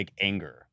anger